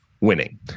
winning